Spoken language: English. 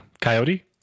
Coyote